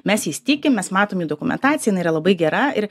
mes jais tikim mes matom jų dokumentaciją jinai yra labai gera ir